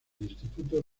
instituto